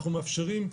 בדיקה,